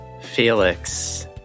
Felix